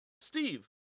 Steve